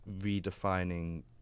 redefining